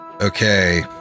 Okay